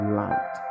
light